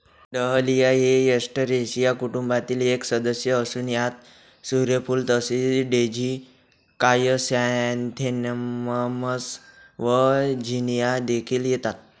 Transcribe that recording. dahlia हे Asteraceae कुटुंबातील एक सदस्य असून यात सूर्यफूल तसेच डेझी क्रायसॅन्थेमम्स व झिनिया देखील येतात